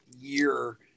year